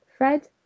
Fred